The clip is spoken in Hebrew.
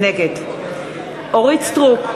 נגד אורית סטרוק,